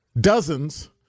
dozens